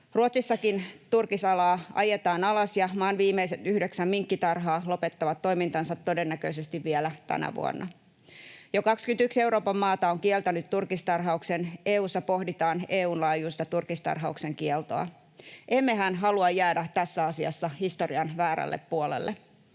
Ruotsissakin turkisalaa ajetaan alas, ja maan viimeiset yhdeksän minkkitarhaa lopettavat toimintansa todennäköisesti vielä tänä vuonna. Jo 21 Euroopan maata on kieltänyt turkistarhauksen. EU:ssa pohditaan EU:n laajuista turkistarhauksen kieltoa. Emmehän halua jäädä tässä asiassa historian väärälle puolelle?